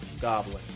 goblin